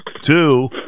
two